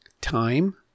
time